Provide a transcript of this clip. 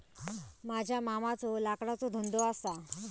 माझ्या मामाचो लाकडाचो धंदो असा